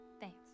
thanks